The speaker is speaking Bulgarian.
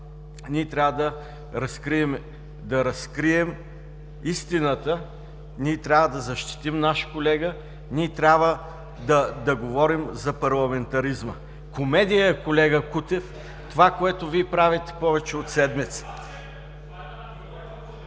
ние трябва да разкрием истината, ние трябва да защитим наш колега, ние трябва да говорим за парламентаризма. Комедия е, колега Кутев, това, което Вие правите повече от седмица.